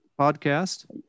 podcast